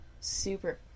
Super